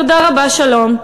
תודה רבה, שלום.